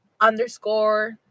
underscore